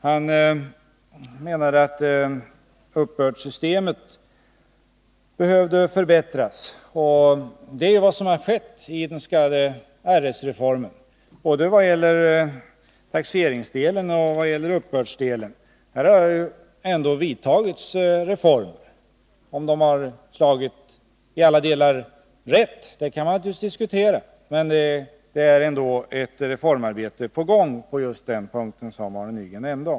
Han menade att uppbördssystemet behövde förbättras, och det är vad som skett i den s.k. RS-reformen, vad gäller både taxeringsdelen och uppbördsdelen. Här har ju ändå vidtagits reformer. Om de i alla delar slagit rätt kan man naturligtvis diskutera — det är dock ett reformarbete på gång just på den punkt som Arne Nygren nämnde.